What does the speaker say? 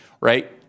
right